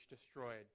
destroyed